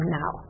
now